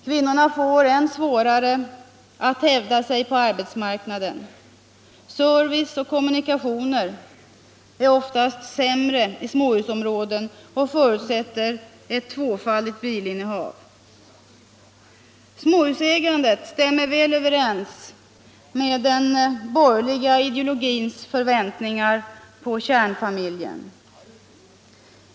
Kvinnorna får än svårare att hävda sig på arbetsmarknaden. Service och kommunikationer är oftast sämre i småhusområden och det förutsätter ett tvåfaldigt bilinnehav. Småhusägandet stämmer väl överens med den borgerliga ideologins förväntningar på kärnfamiljen.